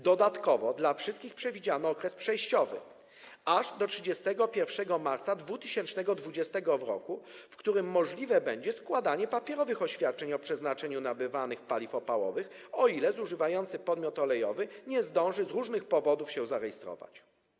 Dodatkowo dla wszystkich przewidziano okres przejściowy aż do 31 marca 2020 r., w którym możliwe będzie składanie papierowych oświadczeń o przeznaczeniu nabywanych paliw opałowych, o ile zużywający podmiot olejowy nie zdąży z różnych powodów się zarejestrować.